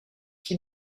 qui